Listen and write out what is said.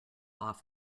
off